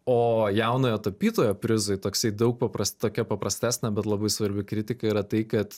o jaunojo tapytojo prizui toksai daug paprast tokia paprastesnė bet labai svarbi kritika yra tai kad